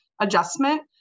adjustment